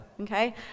okay